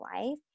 life